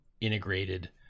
integrated